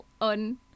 on